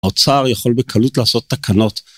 האוצר יכול בקלות לעשות תקנות.